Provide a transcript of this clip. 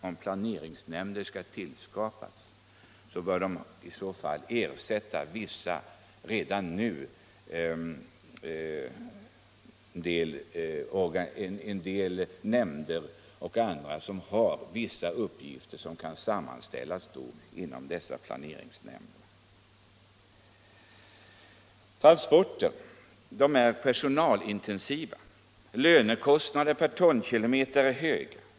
Om planeringsnämnder inrättas bör de enligt min mening ersätta vissa organ som nu har uppgifter som kan sammanföras. Transporter är personalintensiva. Lönekostnaderna per tonkilometer är höga.